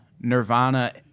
Nirvana